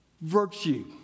Virtue